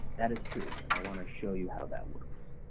that is true and i want to show you how that works.